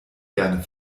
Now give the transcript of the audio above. gerne